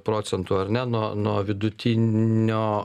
procentų ar ne nuo nuo vidutinio